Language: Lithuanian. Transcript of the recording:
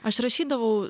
aš rašydavau